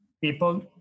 People